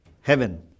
heaven